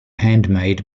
handmade